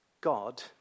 God